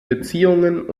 beziehungen